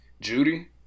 Judy